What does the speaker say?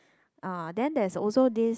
uh then there's also this